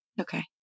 Okay